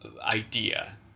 idea